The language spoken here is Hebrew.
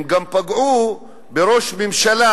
הם גם פגעו בראש ממשלה,